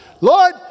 Lord